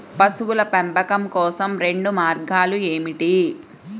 పశువుల పెంపకం కోసం రెండు మార్గాలు ఏమిటీ?